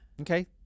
Okay